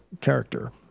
character